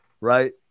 Right